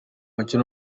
mucyo